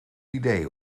idee